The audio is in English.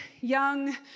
young